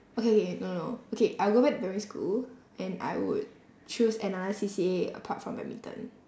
okay okay no no no okay I'll go back to primary school and I would choose another C_C_A apart from badminton